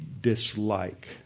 dislike